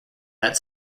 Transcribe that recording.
that